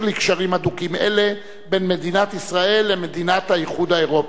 לקשרים הדוקים אלה בין מדינת ישראל לבין מדינות האיחוד האירופי.